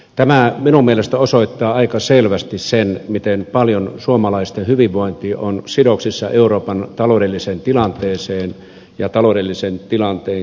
tämä minun mielestäni osoittaa aika selvästi sen miten paljon suomalaisten hyvinvointi on sidoksissa euroopan taloudelliseen tilanteeseen ja taloudellisen tilanteen kehittymiseen